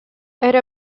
era